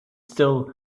still